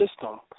system